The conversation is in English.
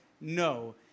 No